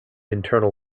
internal